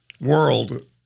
world